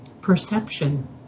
perception